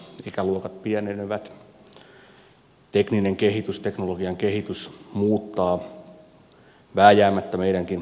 ikäluokat pienenevät ja teknologian kehitys muuttaa vääjäämättä meidänkin puolustuksemme luonnetta